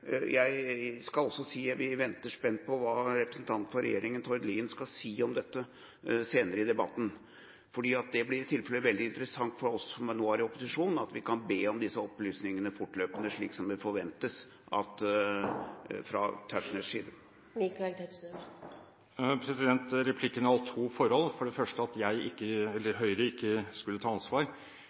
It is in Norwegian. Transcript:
Jeg skal si vi venter spent på hva representanten for regjeringa, statsråd Tord Lien, skal si om dette senere i debatten. Det blir i tilfelle veldig interessant for oss som nå er i opposisjon, at vi kan be om disse opplysningene fortløpende, slik som det forventes fra Tetzschners side. Replikken gjaldt to forhold. For det første at Høyre ikke tar ansvar.